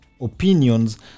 opinions